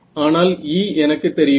ஆனால் E எனக்கு தெரியுமா